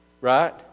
Right